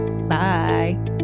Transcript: Bye